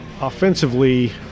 offensively